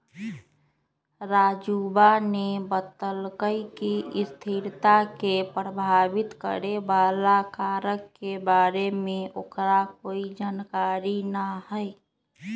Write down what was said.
राजूवा ने बतल कई कि स्थिरता के प्रभावित करे वाला कारक के बारे में ओकरा कोई जानकारी ना हई